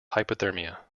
hypothermia